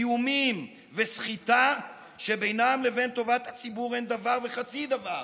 איומים וסחיטה שבינם לבין טובת הציבור אין דבר וחצי דבר.